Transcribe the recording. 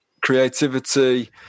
creativity